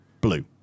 blue